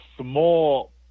small